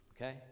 okay